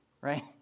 right